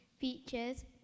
Features